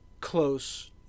close